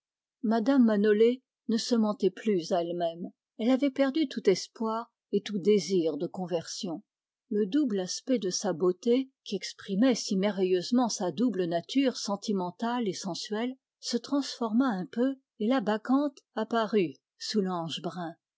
mme manolé ne se mentait plus à elle-même elle avait perdu tout espoir et tout désir de conversion le double aspect de sa beauté qui exprimait si merveilleusement sa double nature sentimentale et sensuelle se transforma peu à peu et la bacchante apparut sous l'ange brun